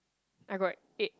I got eight